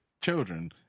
children